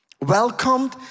welcomed